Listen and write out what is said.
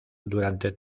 durante